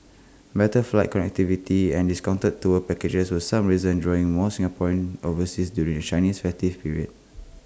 better flight connectivity and discounted tour packages were some reasons drawing more Singaporeans overseas during the Chinese festive period